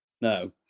No